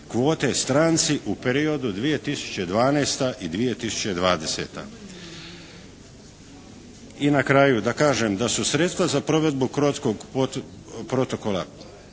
kvote stranci u periodu 2012. i 2020. I na kraju da kažem da su sredstva provedbu Kyotskog protokola